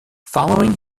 following